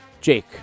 Jake